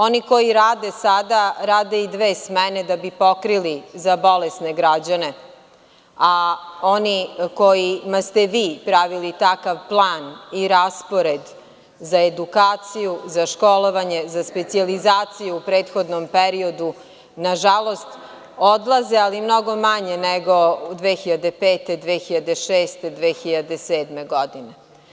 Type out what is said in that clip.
Oni koji rade sada, rade i dve smene da bi pokrili za bolesne građane, a oni kojima ste vi pravili takav plan i raspored za edukaciju, za školovanje, za specijalizaciju u prethodnom periodu, nažalost, odlaze, ali mnogo manje nego 2005, 2006, 2007. godine.